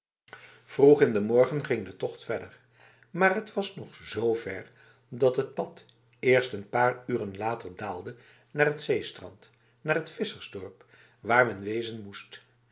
vroeg in de morgen ging de tocht verder maar het was nog z ver dat het pad eerst n paar uren later daalde naar het zeestrand naar het vissersdorp waar men wezen moest